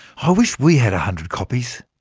ah wish we had a hundred copies.